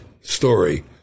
story